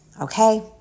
Okay